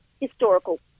historical